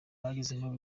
bagezemo